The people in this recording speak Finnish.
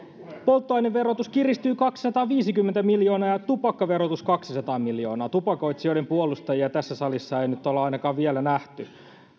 polttoaineverotus kiristyy kaksisataaviisikymmentä miljoonaa ja tupakkaverotus kaksisataa miljoonaa tupakoitsijoiden puolustajia tässä salissa ei nyt olla ainakaan vielä nähty